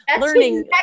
learning